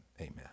amen